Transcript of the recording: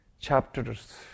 chapters